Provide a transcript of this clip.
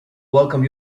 welcome